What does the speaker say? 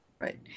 Right